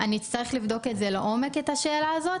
אני אצטרך לבדוק את השאלה הזאת לעומק.